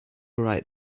write